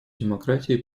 демократии